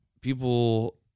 people